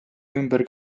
ümber